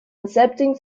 accepting